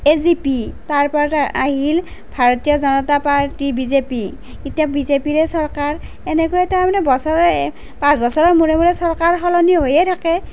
AGP তাৰ পৰা আহিল ভাৰতীয় জনতা পাৰ্টী বিজেপি এতিয়া বিজেপিৰে চৰকাৰ এনেকৈয়ে তাৰমানে বছৰে পাঁচ বছৰৰ মূৰে মূৰে চৰকাৰ সলনি হৈয়ে থাকে